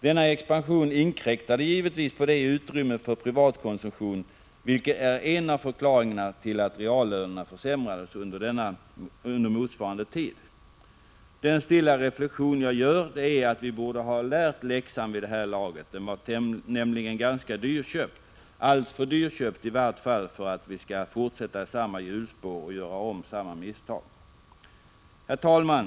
Denna expansion inkräktade givetvis på utrymmet för privatkonsumtionen, vilket är en av förklaringarna till att reallönerna försämrades under motsvarande tid. Jag gör då den stilla reflexionen att vi borde ha lärt av läxan vid det här laget. Den var nämligen ganska dyrköpt — i varje fall alltför dyrköpt för att vi skall fortsätta i samma hjulspår som tidigare och göra om misstagen. Herr talman!